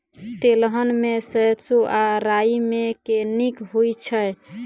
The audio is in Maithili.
तेलहन मे सैरसो आ राई मे केँ नीक होइ छै?